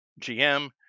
gm